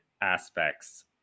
aspects